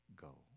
Go